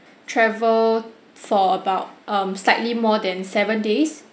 travel for about um slightly more than seven days